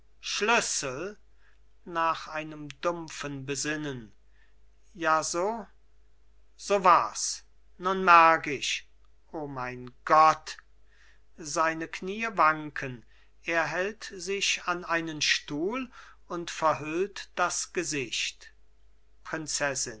schlüssel nach einem dumpfen besinnen ja so so wars nun merk ich o mein gott seine knie wanken er hält sich an einen stuhl und verhüllt das gesicht prinzessin